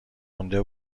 مونده